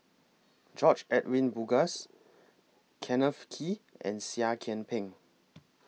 George Edwin Bogaars Kenneth Kee and Seah Kian Peng